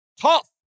Tough